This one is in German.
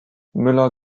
müller